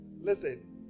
Listen